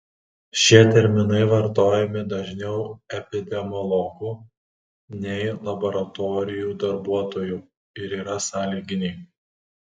šie terminai vartojami dažniau epidemiologų nei laboratorijų darbuotojų ir yra sąlyginiai